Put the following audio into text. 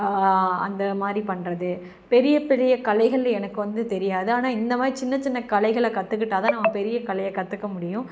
அந்தமாதிரி பண்ணுறது பெரிய பெரிய கலைகள் எனக்கு வந்து தெரியாது ஆனால் இந்தமாதிரி சின்ன சின்ன கலைகளை கத்துக்கிட்டால்தான் நம்ம பெரிய கலையை கற்றுக்க முடியும்